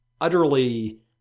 utterly